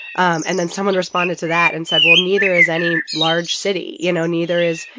um and then someone responded to that and said, well, neither is any large city. you know, neither is.